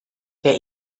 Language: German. der